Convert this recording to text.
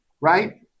right